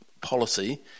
policy